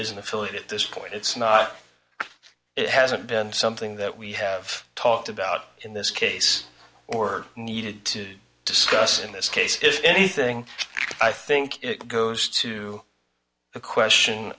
an affiliate at this point it's not it hasn't been something that we have talked about in this case or needed to discuss in this case if anything i think it goes to the question